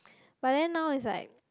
but then now it's like